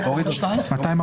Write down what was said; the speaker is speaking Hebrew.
בעד, חמישה נגד, אין נמנעים.